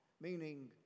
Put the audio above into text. meaning